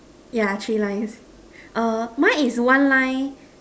yeah three lines err mine is one line